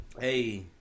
Hey